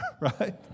right